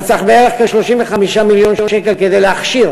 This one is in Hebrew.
אתה צריך כ-35 מיליון שקל כדי להכשיר